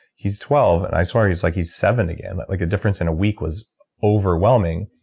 he's twelve, and i swear he's like he's seven again. like a difference in a week was overwhelming.